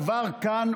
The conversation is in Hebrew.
עבר כאן,